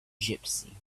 gipsy